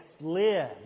live